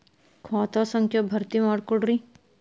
ಖಾತಾ ಸಂಖ್ಯಾ ಭರ್ತಿ ಮಾಡಿಕೊಡ್ರಿ